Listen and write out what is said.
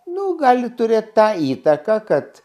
nu gali turėt tą įtaką kad